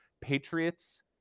Patriots